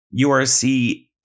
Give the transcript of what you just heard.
URC